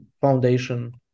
foundation